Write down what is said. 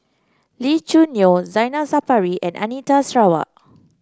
Lee Choo Neo Zainal Sapari and Anita Sarawak